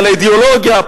על האידיאולוגיה,